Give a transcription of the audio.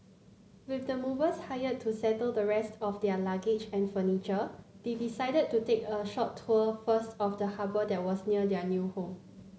with the movers hired to settle the rest of their luggage and furniture they decided to take a short tour first of the harbour that was near their new home